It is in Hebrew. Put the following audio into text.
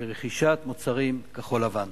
ברכישת מוצרים כחול-לבן.